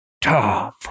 Tom